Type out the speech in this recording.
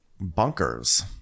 bunkers